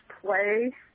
play